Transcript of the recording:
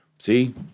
See